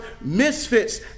misfits